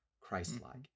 Christlike